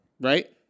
Right